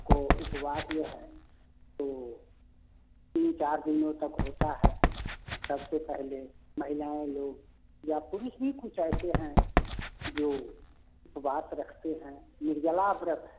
आपको उपवास में है तो तीन चार दिनों तक होता है सब से पहले माहिलाएँ लोग या पुरुष भी कुछ ऐसे हैं जो उपवास रखते हैं निर्जलाप रखते